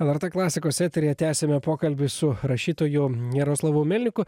lrt klasikos eteryje tęsiame pokalbį su rašytoju jaroslavu melniku